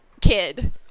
kid